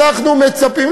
אנחנו מצפים,